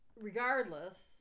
regardless